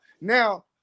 now